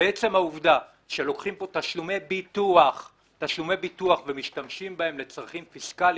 ועצם העובדה שלוקחים פה תשלומי ביטוח ומשתמשים בהם לצרכים פיסקליים,